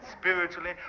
Spiritually